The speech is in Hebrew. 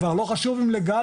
כבר לא חשוב אם לגלי,